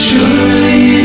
Surely